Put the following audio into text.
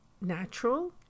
natural